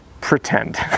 pretend